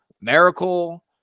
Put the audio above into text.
miracle